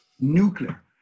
Nuclear